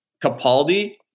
Capaldi